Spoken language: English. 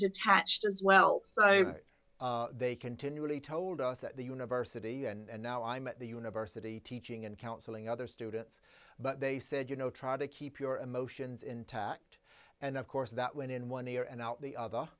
detached as well so i they continually told us that the university and now i'm at the university teaching and counseling other students but they said you know try to keep your emotions intact and of course that went in one ear and out the other